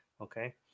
Okay